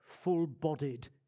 full-bodied